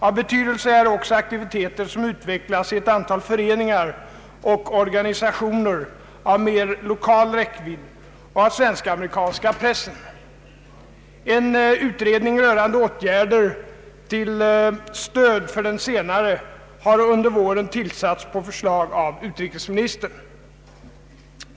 Av betydelse är också aktiviteter som utvecklas i ett antal föreningar och organisationer av mer lokal räckvidd och av den svensk-amerikanska pressen. En utredning rörande åtgärder till stöd för den senare har under våren tillsatts på förslag av utrikesministern.